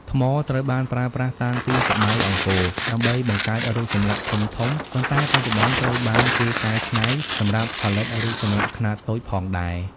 ថ្ម ត្រូវបានប្រើប្រាស់តាំងពីសម័យអង្គរដើម្បីបង្កើតរូបចម្លាក់ធំៗ ប៉ុន្តែបច្ចុប្បន្នត្រូវបានគេកែច្នៃសម្រាប់ផលិតរូបចម្លាក់ខ្នាតតូចផងដែរ។